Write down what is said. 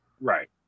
right